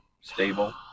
stable